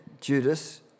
Judas